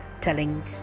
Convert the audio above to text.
telling